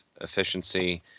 efficiency